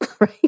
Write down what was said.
right